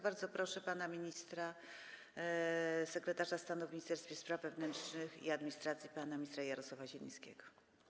Bardzo proszę sekretarza stanu w Ministerstwie Spraw Wewnętrznych i Administracji pana ministra Jarosława Zielińskiego.